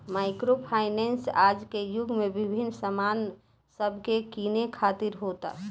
micro finance आज के युग में विभिन्न सामान सब के किने खातिर होता